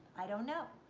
i don't know.